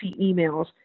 emails